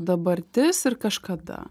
dabartis ir kažkada